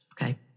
okay